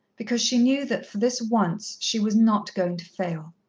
because she knew that for this once she was not going to fail.